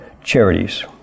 charities